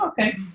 okay